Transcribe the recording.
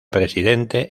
presidente